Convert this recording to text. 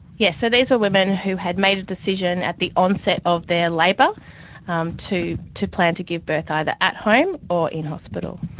yes, so these were women who had made a decision at the onset of their labour um to to plan to give birth either at home or in hospital.